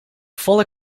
volle